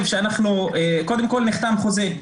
קודם כל נחתם חוזה.